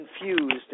confused